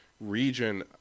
region